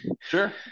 sure